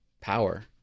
power